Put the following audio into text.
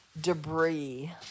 debris